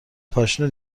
پاشنه